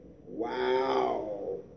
Wow